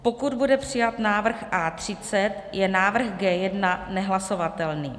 pokud bude přijat návrh A30, je návrh G1 nehlasovatelný,